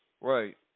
Right